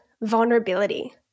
vulnerability